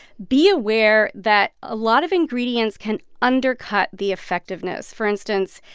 be aware that a lot of ingredients can undercut the effectiveness. for instance,